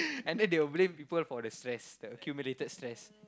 and then they will blame people for the stress the accumulated stress